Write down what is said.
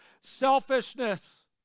selfishness